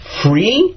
free